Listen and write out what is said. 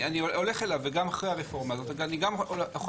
אני הולך אליו וגם אחרי הרפורמה הזאת אני גם אוכל